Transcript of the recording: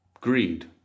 Greed